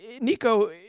Nico